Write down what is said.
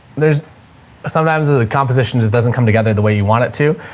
there's sometimes there's the composition just doesn't come together the way you want it to.